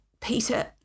peter